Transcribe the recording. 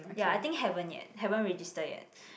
ya I think haven't yet haven't register yet